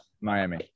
Miami